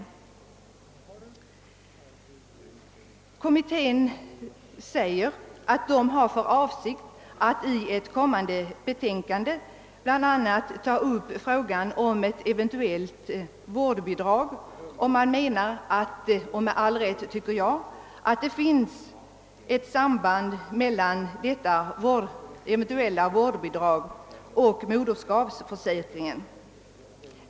Kommittén säger att den har för avsikt att i ett kommande betänkande redovisa sitt uppdrag att pröva frågan om ett vårdbidrag. Därför menar kommittén — och med all rätt tycker jag — att det finns ett nära samband mellan detta eventuella vårdbidrag och moderskapsförsäkringen.